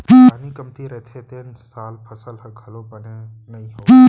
पानी कमती रहिथे तेन साल फसल ह घलोक बने नइ होवय